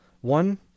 One